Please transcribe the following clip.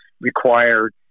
required